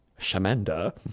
Shamanda